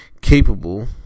capable